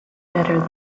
better